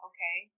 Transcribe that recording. Okay